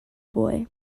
boy